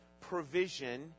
provision